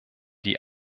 die